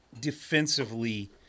defensively